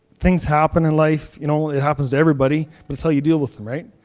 things happened in life, you know. it happens to everybody. that's how you deal with them, right?